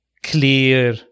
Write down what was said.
Clear